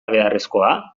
beharrezkoa